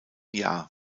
jahr